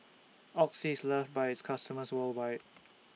Oxy IS loved By its customers worldwide